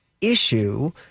issue